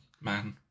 man